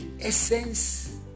essence